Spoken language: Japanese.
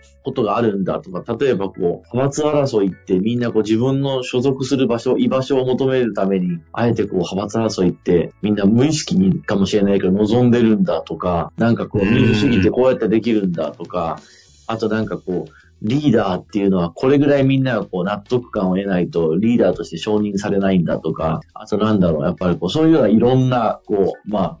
ことがあるんだとか、例えばこう、派閥争いってみんなこう自分の所属する場所、居場所を求めるために、あえてこう派閥争いってみんな無意識にかもしれないけど望んでるんだとか、なんかこう、うん。民主主義ってこうやってできるんだとか、あとなんかこう、リーダーっていうのはこれぐらいみんながこう納得感を得ないとリーダーとして承認されないんだとか、あとなんだろう、やっぱりこう、そういうようないろんなこう、まあ、